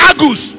Agus